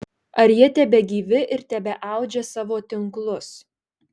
ar jie tebegyvi ir tebeaudžia savo tinklus